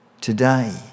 today